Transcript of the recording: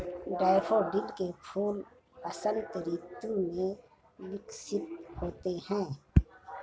daffodil के फूल वसंत ऋतु में विकसित होते हैं